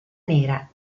nera